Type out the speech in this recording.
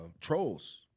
trolls